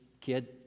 kid